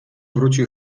wróci